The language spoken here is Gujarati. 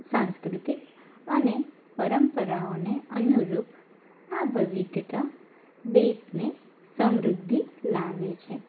સાંસ્કૃતિક અને પરંપરાઓને અનુરૂપ આ વવિધતા દેશને સમૃદ્ધિ લાવે છે